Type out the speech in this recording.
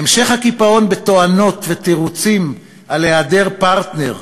המשך הקיפאון בתואנות ותירוצים על היעדר פרטנר,